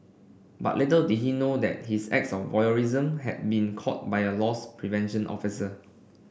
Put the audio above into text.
but little did he know that his acts of voyeurism had been caught by a loss prevention officer